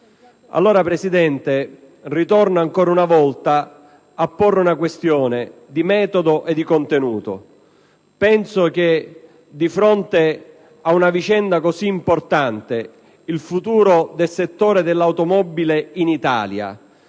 della FIAT. Torno ancora una volta a porre una questione di metodo e di contenuto. Penso che di fronte ad una vicenda così importante, come è quella del futuro del settore dell'automobile in Italia,